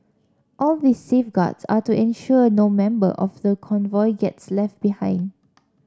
all these safeguards are to ensure no member of the convoy gets left behind